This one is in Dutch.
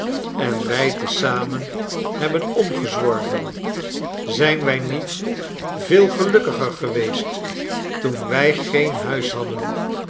en wij te zamen hebben omgezworven zijn wij niet veel gelukkiger geweest toen wij geen huis hadden